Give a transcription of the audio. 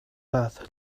path